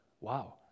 wow